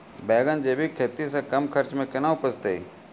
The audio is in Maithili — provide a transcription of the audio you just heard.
बैंगन जैविक खेती से कम खर्च मे कैना उपजते?